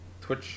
Twitch